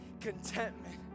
contentment